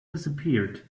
disappeared